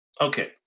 Okay